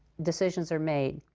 decisions are made.